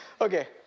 Okay